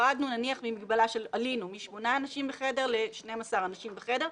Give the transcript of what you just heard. נניח שעלינו ממגבלה של שמונה אנשים בחדר ל-12 אנשים בחדר,